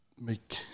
make